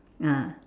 ah